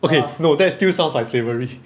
okay no that still sounds like slavery